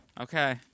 Okay